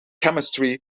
chemistry